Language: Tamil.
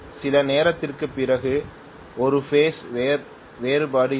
சிறிது நேரத்திற்குப் பிறகு ஒரு பேஸ் வேறுபாடு இருக்கும்